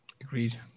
Agreed